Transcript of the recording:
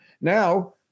Now